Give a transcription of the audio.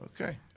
Okay